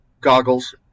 goggles